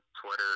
Twitter